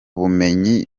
bumenyi